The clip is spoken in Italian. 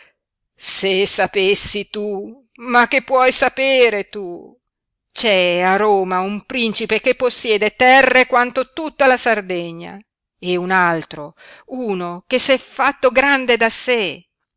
se sapessi tu ma che puoi sapere tu c'è a roma un principe che possiede terre quanto tutta la sardegna e un altro uno che s'è fatto grande da sé